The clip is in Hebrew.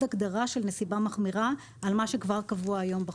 הגדרה של נסיבה מחמירה על מה שכבר קבוע היום בחוק.